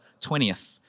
20th